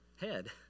head